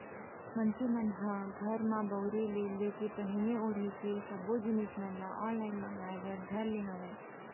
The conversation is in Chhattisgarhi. मनसे मन ह घर म बउरे ले लेके पहिरे ओड़हे के सब्बो जिनिस मन ल ऑनलाइन मांगए बर धर ले हावय